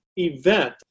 event